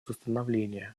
восстановления